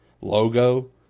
logo